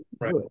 right